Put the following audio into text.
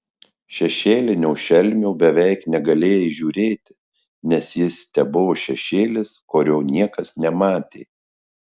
šešėlinio šelmio beveik negalėjai įžiūrėti nes jis tebuvo šešėlis kurio niekas nematė